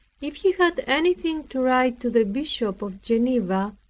if he had anything to write to the bishop of geneva,